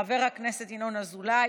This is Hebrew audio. חבר הכנסת ינון אזולאי.